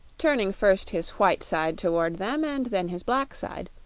turning first his white side toward them and then his black side,